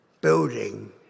building